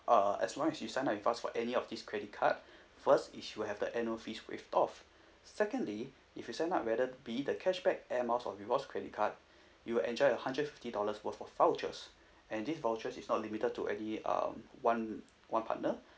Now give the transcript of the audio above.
uh as long as you sign up with us for any of this credit card first is you'll have the annual fees waived off secondly if you sign up whether be it the cashback air mile more or rewards credit card you will enjoy a hundred fifty dollars worth of vouchers and this voucher is not limited to any um what um one one partner